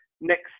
next